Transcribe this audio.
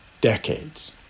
decades